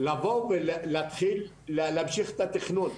לבוא ולהמשיך את התכנון.